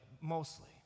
mostly